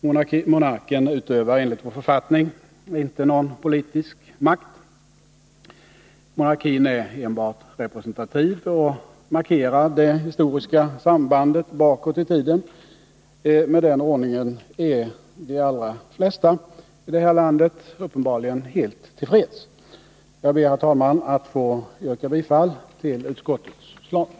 Monarken utövar enligt vår författning inte någon politisk makt. Monarkin är enbart representativ och markerar det historiska sambandet bakåt i tiden. Med den ordningen är de allra flesta i det här landet uppenbarligen helt till freds. Jag ber, herr talman, att få yrka bifall till utskottets förslag.